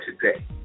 today